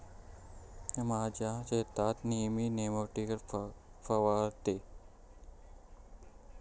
म्या माझ्या शेतात नेयमी नेमॅटिकाइड फवारतय